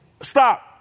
Stop